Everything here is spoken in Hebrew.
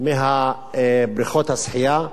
מבריכות השחייה,